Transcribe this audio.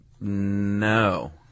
no